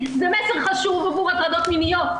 הימין, זה מסר חשוב עבור הטרדות מיניות.